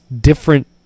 different